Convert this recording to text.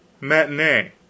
Matinee